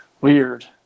Weird